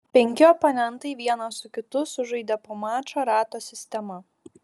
penki oponentai vienas su kitu sužaidė po mačą rato sistema